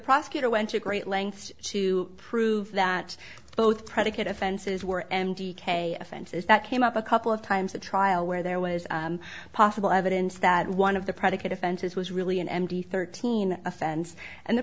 prosecutor went to great lengths to prove that both predicate offenses were m d k offenses that came up a couple of times at trial where there was possible evidence that one of the predicate offenses was really an m d thirteen offense and the